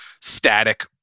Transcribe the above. static